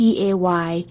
Pay